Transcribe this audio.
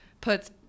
puts